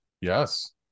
Yes